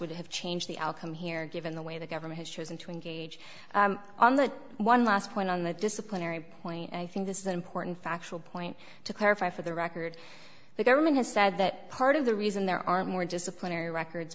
would have changed the outcome here given the way the government has chosen to engage on the one last point on the disciplinary point i think this is an important factual point to clarify for the record the government has said that part of the reason there are more disciplinary records